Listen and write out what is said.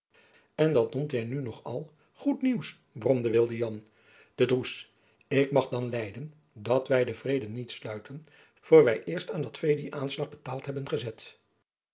en dat noemt hy nu nog al goed nieuws bromde wilde jan te droes ik mag dan lijden dat wy den vrede niet sluiten voor wy eerst aan dat vee dien aanslag betaald hebben gezet